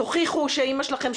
תוכיחו שאימא שלכם,